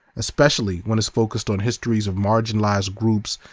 especially when it's focused on histories of marginalized groups,